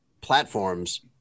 platforms